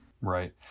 Right